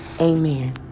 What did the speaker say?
Amen